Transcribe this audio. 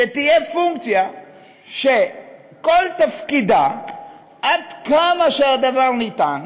שתהיה פונקציה שכל תפקידה עד כמה שהדבר ניתן,